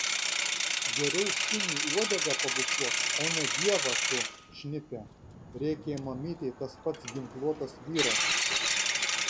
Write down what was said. geriau šuniui uodegą pabučiuok o ne dievą tu šnipe rėkė mamytei tas pats ginkluotas vyras